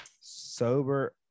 Sober